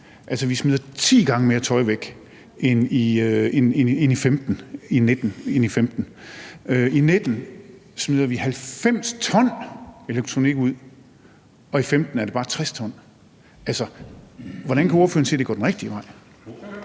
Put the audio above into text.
vi smed ti gange mere tøj væk i 2019 end i 2015. I 2019 smed vi 90 t elektronik ud, og i 2015 var det bare 60 t. Hvordan kan ordføreren sige, at det går den rigtige vej?